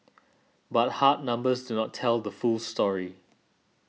but hard numbers do not tell the full story